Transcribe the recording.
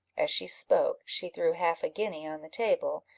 as she spoke she threw half-a-guinea on the table,